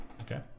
Okay